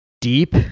deep